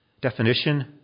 definition